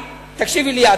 אם אתה, תקשיבי לי את.